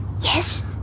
Yes